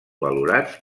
valorats